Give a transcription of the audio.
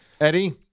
Eddie